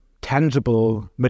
tangible